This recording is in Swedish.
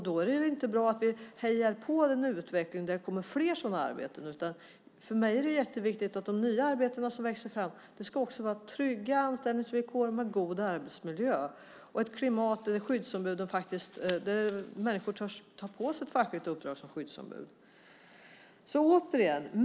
Det är inte bra att vi hejar på en utveckling där det kommer flera sådana arbeten. För mig är det jätteviktigt att de nya arbeten som växer fram ska ha trygga anställningsvillkor med god arbetsmiljö och ett klimat där människor törs ta på sig ett fackligt uppdrag som skyddsombud.